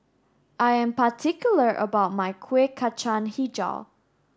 I am particular about my Kueh Kacang Hijau